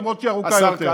למרות שהיא ארוכה יותר.